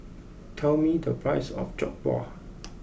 tell me the price of Jokbal